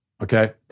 Okay